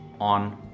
on